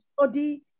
study